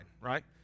right